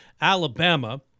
Alabama